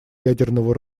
ядерного